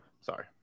Sorry